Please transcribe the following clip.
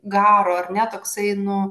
garo ar ne toksai no